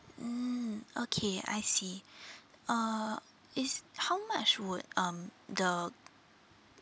mm okay I see uh is how much would um the